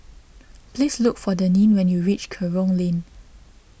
please look for Denine when you reach Kerong Lane